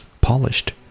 polished